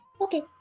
Okay